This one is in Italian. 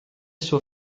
suo